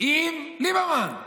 עם ליברמן,